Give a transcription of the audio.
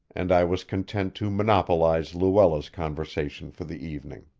and i was content to monopolize luella's conversation for the evening.